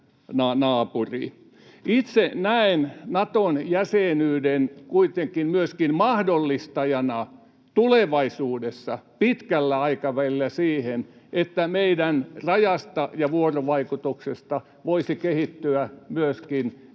Itse näen Naton jäsenyyden kuitenkin myöskin mahdollistajana tulevaisuudessa, pitkällä aikavälillä, siihen, että meidän rajasta ja vuorovaikutuksesta voisi kehittyä myöskin